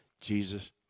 Jesus